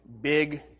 big